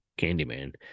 Candyman